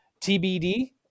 TBD